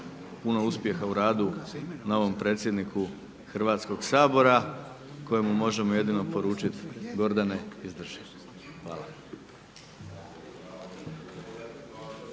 puno uspjeha u radu novom predsjedniku Hrvatskog sabora, kojemu možemo jedini poručiti, Gordane izdrži. Hvala.